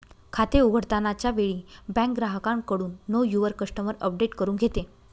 खाते उघडताना च्या वेळी बँक ग्राहकाकडून नो युवर कस्टमर अपडेट करून घेते